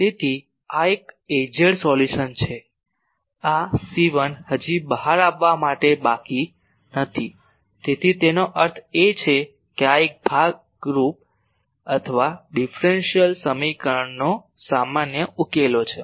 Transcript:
તેથી આ એક Az સોલ્યુશન છે આ c1 હજી બહાર આવવા માટે બાકી નથી તેથી તેનો અર્થ એ કે આ એકરૂપ ભાગ અથવા ડીફરેન્શીયલ સમીકરણનો સામાન્ય ઉકેલો છે